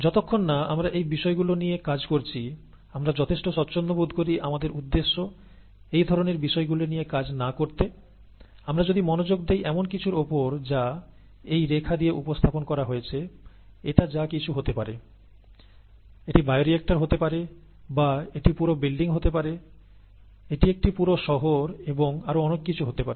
যতক্ষণ না আমরা এই বিষয়গুলো নিয়ে কাজ করছি আমরা যথেষ্ট স্বচ্ছন্দ বোধ করি আমাদের উদ্দেশ্য এই ধরনের বিষয়গুলি নিয়ে কাজ না করতে আমরা যদি মনোযোগ দেই এমন কিছুর ওপর যা এই রেখা দিয়ে উপস্থাপন করা হয়েছে এটা যা কিছু হতে পারে এটি বায়োরিক্টর হতে পারে বা এটি পুরো বিল্ডিং হতে পারে এটি একটি পুরো শহর এবং আরো অনেক কিছু হতে পারে